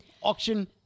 auction